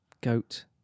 goat